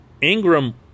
Ingram